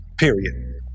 Period